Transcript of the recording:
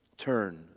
Turn